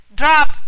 drop